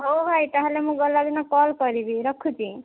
ହଉ ଭାଇ ତାହାଲେ ମୁଁ ଗଲାଦିନ କଲ୍ କରିବି ରଖୁଛି